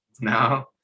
No